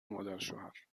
مادرشوهرهرکاری